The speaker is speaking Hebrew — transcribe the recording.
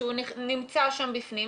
שהוא נמצא שם בפנים,